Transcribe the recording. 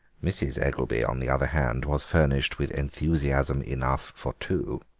mrs. eggelby, on the other hand, was furnished with enthusiasm enough for two.